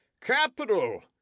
Capital